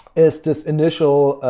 it's this initial